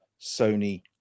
Sony